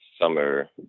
summer